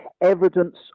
evidence